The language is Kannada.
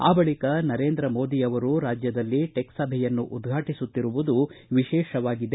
ಆ ಬಳಿಕ ನರೇಂದ್ರ ಮೋದಿ ಅವರು ರಾಜ್ದದಲ್ಲಿ ಟೆಕ್ ಸಭೆಯನ್ನು ಉದ್ಘಾಟಿಸುತ್ತಿರುವುದು ವಿಶೇಷವಾಗಿದೆ